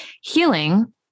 healing